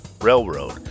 Railroad